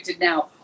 now